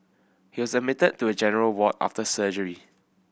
he was admitted to a general ward after surgery